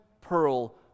pearl